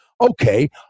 Okay